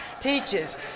teaches